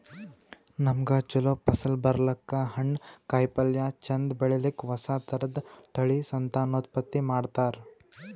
ನಮ್ಗ್ ಛಲೋ ಫಸಲ್ ಬರ್ಲಕ್ಕ್, ಹಣ್ಣ್, ಕಾಯಿಪಲ್ಯ ಚಂದ್ ಬೆಳಿಲಿಕ್ಕ್ ಹೊಸ ಥರದ್ ತಳಿ ಸಂತಾನೋತ್ಪತ್ತಿ ಮಾಡ್ತರ್